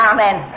Amen